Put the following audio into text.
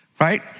right